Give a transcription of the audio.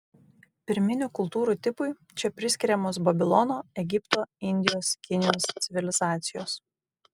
pirminių kultūrų tipui čia priskiriamos babilono egipto indijos kinijos civilizacijos